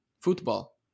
Football